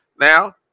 Now